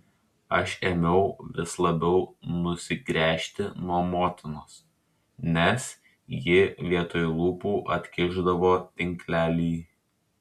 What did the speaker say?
aš ėmiau vis labiau nusigręžti nuo motinos nes ji vietoj lūpų atkišdavo tinklelį